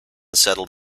settled